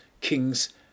kings